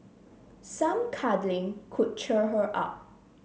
some cuddling could cheer her up